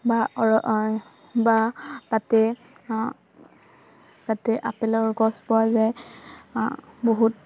বা তাতে আপেলৰ গছ পোৱা যায় বহুত